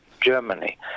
Germany